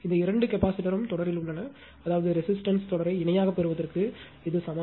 இந்த இரண்டு கெபாசிட்டர் ம் தொடரில் உள்ளன அதாவது ரெசிஸ்டன்ஸ் தொடரை இணையாகப் பெறுவதற்கு இது சமம்